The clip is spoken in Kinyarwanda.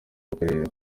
gukorera